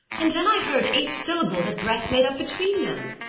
and then i heard each syllable that breath made up between them.